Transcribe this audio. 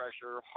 pressure